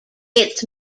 its